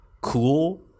cool